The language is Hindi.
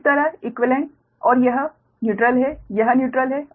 इस तरह इक्वीवेलेंट और यह न्यूट्रल है यह न्यूट्रल है